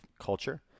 culture